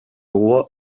roi